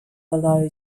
below